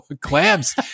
clams